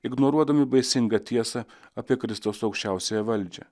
ignoruodami baisingą tiesą apie kristaus aukščiausiąją valdžią